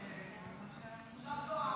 הממשלה.